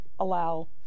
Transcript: allow